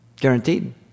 guaranteed